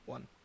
One